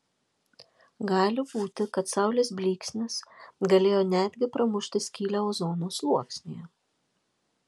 gali būti kad saulės blyksnis galėjo net gi pramušti skylę ozono sluoksnyje